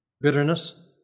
bitterness